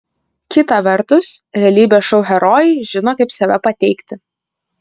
kita vertus realybės šou herojai žino kaip save pateikti